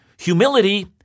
humility